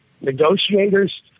negotiators